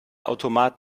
automat